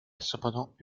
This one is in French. cependant